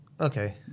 Okay